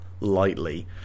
lightly